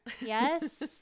Yes